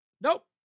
nope